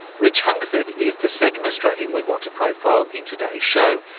rich hungerford is the second australian we want to profile in today's show,